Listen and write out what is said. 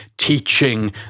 teaching